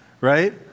right